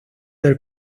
del